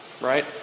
right